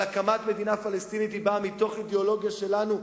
אבל הקמת מדינה פלסטינית באה מתוך אידיאולוגיה שלנו,